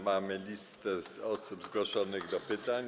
Mamy listę osób zgłoszonych do pytań.